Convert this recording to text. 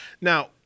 now